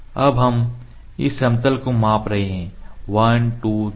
अब हम इस समतल को माप रहे हैं 1 2 3